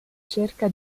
cerca